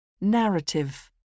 Narrative